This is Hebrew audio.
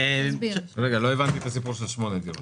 אבהיר: בריטים הסנקציה היא אצל החברה הממשלתית,